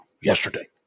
Yesterday